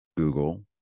Google